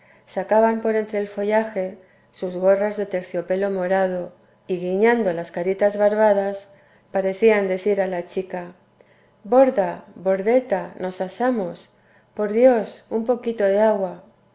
duendes sacaban por entre el follaje sus gorras de terciopelo morado y guiñando las caritas barbadas parecían decir a la chica borda bordeta nos asamos por dios un poquito de agua